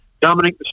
Dominic